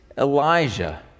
Elijah